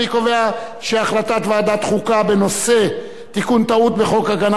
אני קובע שהחלטת ועדת חוקה בנושא תיקון טעות בחוק הגנה